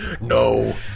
No